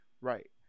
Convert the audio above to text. Right